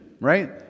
right